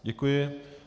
Děkuji.